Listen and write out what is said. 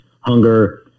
hunger